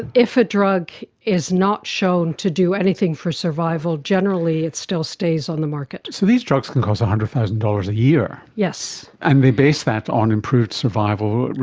if a drug is not shown to do anything for survival, generally it still stays on the market. so these drugs can cost one hundred thousand dollars a year. yes. and they base that on improved survival,